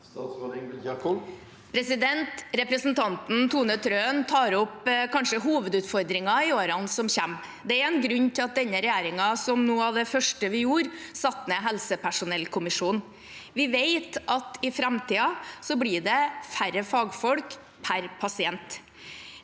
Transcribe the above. Representan- ten Tone Wilhelmsen Trøen tar opp kanskje hovedutfordringen i årene som kommer. Det er en grunn til at denne regjeringen, som noe av det første vi gjorde, satte ned helsepersonellkommisjonen. Vi vet at i framtiden blir det færre fagfolk per pasient.